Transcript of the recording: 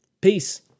peace